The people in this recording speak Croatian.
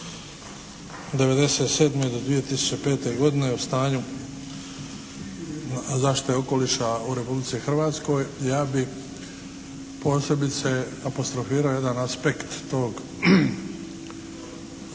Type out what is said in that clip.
od '97. do 2005. godine o stanju zaštite okoliša u Republici Hrvatskoj ja bih posebice apostrofirao jedan aspekt tog